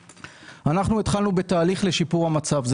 התחלנו בתהליך לשיפור המצב.